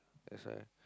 that's why